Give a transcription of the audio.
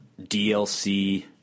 DLC